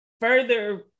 further